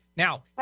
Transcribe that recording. Now